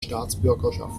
staatsbürgerschaft